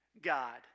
God